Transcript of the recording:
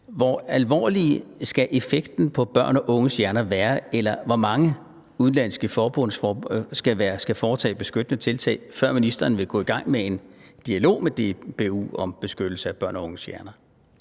Hvor alvorlig skal effekten på børn og unges hjerner være, eller hvor mange udenlandske forbund skal foretage beskyttende tiltag, før ministeren vil gå i gang med en dialog med DBU om beskyttelse af børn og unges hjerner?